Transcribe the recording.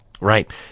Right